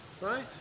Right